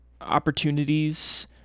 opportunities